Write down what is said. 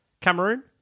Cameroon